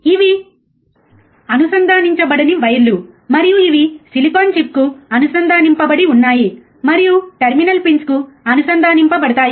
ఇవి అనుసంధానించబడిన వైర్లు మరియు ఇవి సిలికాన్ చిప్కు అనుసంధానింపబడి ఉన్నాయి మరియు టెర్మినల్ పిన్స్కు అనుసంధానింపబడతాయి